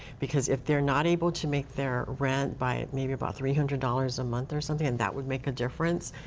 because if they're not able to make their rent by maybe about three hundred dollars a month or something, and that would make a difference.